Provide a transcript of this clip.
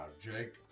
Jake